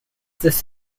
this